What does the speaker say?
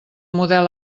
model